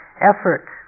effort